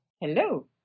Hello